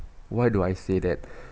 why do I say that